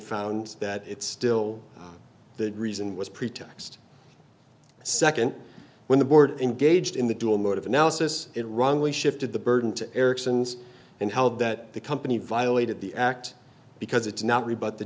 found that it still the reason was pretext nd when the board engaged in the dual mode of analysis it wrongly shifted the burden to ericsson's and held that the company violated the act because it's not rebut the